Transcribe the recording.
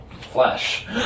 flesh